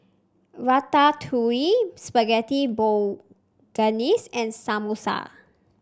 Ratatouille Spaghetti Bolognese and Samosa